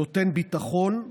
נותן ביטחון,